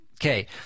Okay